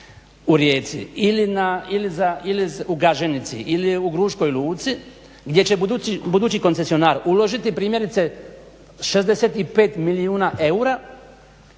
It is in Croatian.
u Rijeci ili u Gaženici, ili u Gruškoj luci gdje će budući koncesionar uložiti primjerice 65 milijuna eura